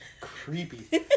creepy